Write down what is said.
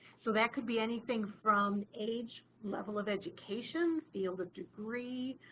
so that could be anything from age, level of education, field of degree,